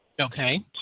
Okay